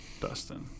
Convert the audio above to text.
Dustin